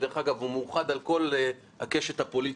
דרך אגב, הוא מאוחד על כל הקשת הפוליטית.